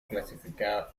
clasificado